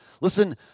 Listen